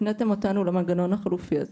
הפניתם אותנו למנגנון החלופי הזה,